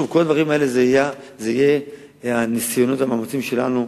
כל הדברים האלה יהיו הניסיונות והמאמצים שלנו,